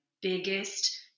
biggest